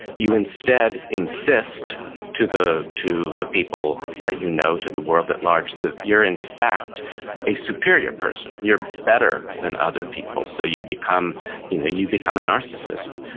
you instead insist to the to the people that you know, to the world at large, that you're in fact a superior person, you're better than other people, so you become you know you become a narcissist.